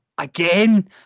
Again